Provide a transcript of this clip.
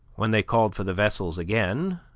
when they called for the vessels again,